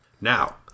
Now